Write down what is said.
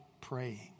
praying